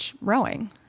rowing